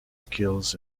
skills